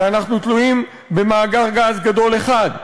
כי אנחנו תלויים במאגר גז גדול אחד,